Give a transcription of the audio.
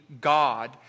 God